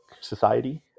society